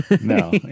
no